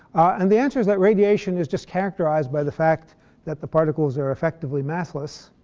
and the answer is that radiation is just characterized by the fact that the particles are effectively massless.